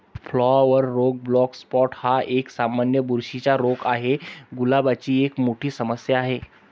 flower रोग black spot हा एक, सामान्य बुरशीचा रोग आहे, गुलाबाची एक मोठी समस्या आहे